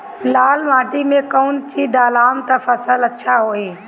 लाल माटी मे कौन चिज ढालाम त फासल अच्छा होई?